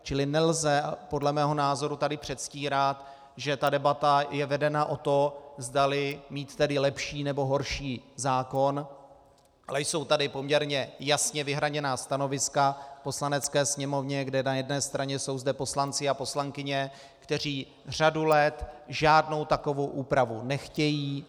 Čili nelze podle mého názoru tady předstírat, že debata je vedena o to, zdali mít lepší, nebo horší zákon, ale jsou tady poměrně jasně vyhraněná stanoviska v Poslanecké sněmovně, kde na jedné straně jsou zde poslanci a poslankyně, kteří řadu let žádnou takovou úpravu nechtějí.